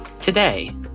today